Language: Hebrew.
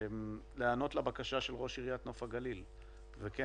להיענות לבקשה של ראש עיריית נוף הגליל וכן